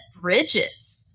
bridges